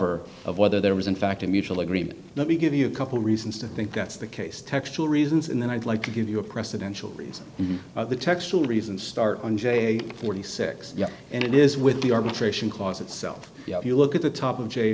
resolver of whether there was in fact a mutual agreement let me give you a couple reasons to think that's the case textual reasons and then i'd like to give you a precedential reason the textual reason start on j forty six and it is with the arbitration clause itself if you look at the top of j